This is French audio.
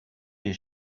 les